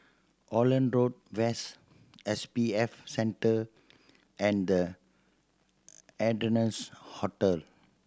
Holland Road West S B F Center and The Ardennes Hotel